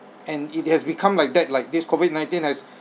and it has become like that like this COVID nineteen has